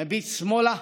מביט שמאלה